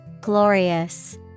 Glorious